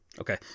Okay